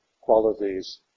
qualities